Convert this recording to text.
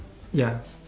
ya